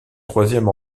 troisième